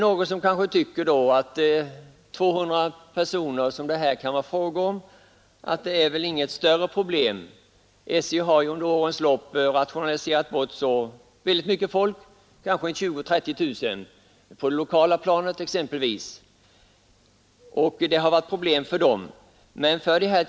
Någon kanske tycker att 200 personer, som det här kan bli fråga om, inte innebär något större problem — SJ har ju under årens lopp rationaliserat bort mycket folk, kanske 20 000 — 30 000 personer under de sista 20 åren. På det lokala planet har det medfört problem.